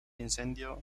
incendio